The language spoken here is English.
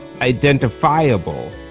identifiable